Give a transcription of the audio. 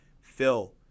Phil